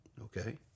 Okay